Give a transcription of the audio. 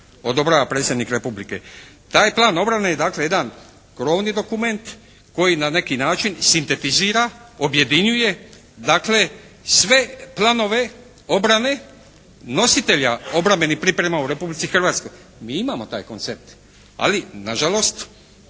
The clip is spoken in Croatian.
odobrava Predsjednik Republike. Taj Plan obrane je dakle jedan krovni dokument koji na neki način sintetizira, objedinjuje sve planove obrane, nositelja obrambenih priprema u Republici Hrvatskoj. Mi imamo taj koncept. Ali nažalost